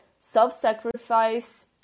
self-sacrifice